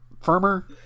firmer